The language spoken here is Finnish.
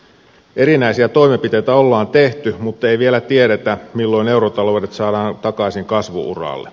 erinäisiä toimenpiteitä on tehty muttei vielä tiedetä milloin eurota loudet saadaan takaisin kasvu uralle